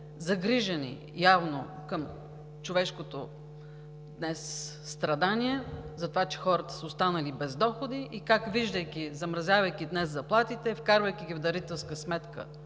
загрижени днес към човешкото страдание, затова, че хората са останали без доходи и виждайки как се замразяват заплатите, вкарвайки ги в дарителска сметка